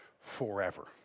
forever